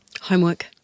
Homework